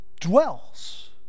dwells